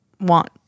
want